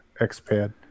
X-Pad